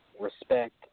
Respect